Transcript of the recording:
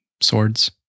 swords